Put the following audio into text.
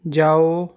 ਜਾਓ